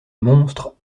monstre